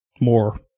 more